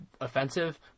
offensive